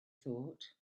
thought